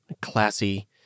classy